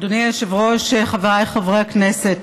אדוני היושב-ראש, חבריי חברי הכנסת,